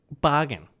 Bargain